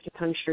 acupuncture